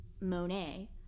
Monet